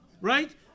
right